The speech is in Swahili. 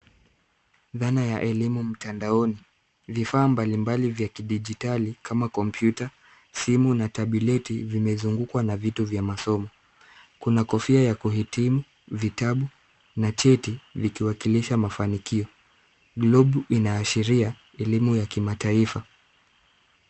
Dhana ya elimu mtandaoni. Vifaa mbalimbali vya kidijitali kama kompyuta, simu na tabuleti vimezungukwa na vitu vya masomo. Kuna kofia ya kuhitimu, vitabu na cheti vikiwakilisha mafanikio. Globu inaashiria elimu ya kimataifa.